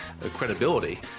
credibility